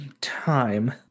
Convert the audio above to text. time